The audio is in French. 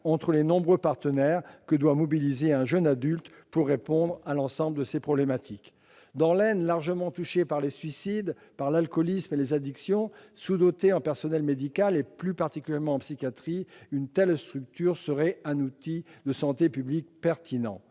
entre les nombreux partenaires que doit mobiliser un jeune adulte pour répondre à l'ensemble de ses problématiques. Dans l'Aisne, département largement touché par les suicides, par l'alcoolisme et les addictions, sous-doté en personnel médical, plus particulièrement en psychiatrie, une telle structure pourrait être un outil de santé publique pertinent.